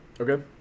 Okay